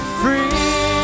free